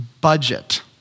budget